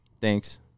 Thanks